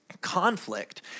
Conflict